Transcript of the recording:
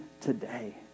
today